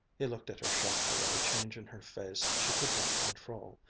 he looked at her sharply at a change in her face she could not control.